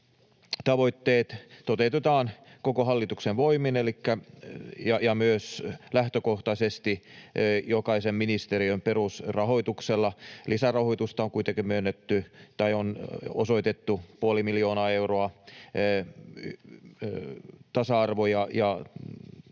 tasa-arvotavoitteet toteutetaan koko hallituksen voimin ja myös lähtökohtaisesti jokaisen ministeriön perusrahoituksella. Lisärahoitusta on kuitenkin myönnetty, tai on osoitettu, puoli miljoonaa euroa tasa-arvo- ja